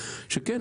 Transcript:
שכן,